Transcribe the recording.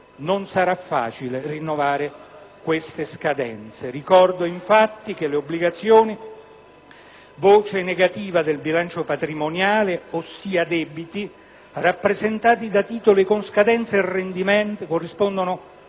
non sarà facile rinnovare tali scadenze. Ricordo, infatti, che le obbligazioni bancarie, voce negativa del bilancio patrimoniale, ossia debiti rappresentati da titoli con scadenze e rendimenti, corrispondono